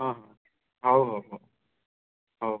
ହଁ ହଁ ହଉ ହଉ ହଉ ହଉ